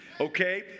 okay